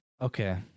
Okay